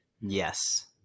Yes